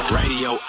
radio